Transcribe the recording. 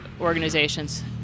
organizations